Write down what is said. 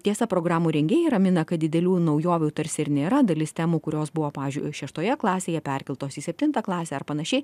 tiesa programų rengėjai ramina kad didelių naujovių tarsi ir nėra dalis temų kurios buvo pavyzdžiui šeštoje klasėje perkeltos į septintą klasę ar panašiai